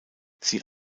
sie